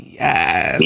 yes